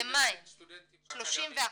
מה עם סטודנטים באקדמיה?